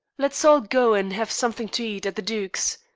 let's all go and have something to eat at the duke's,